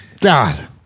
God